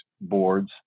boards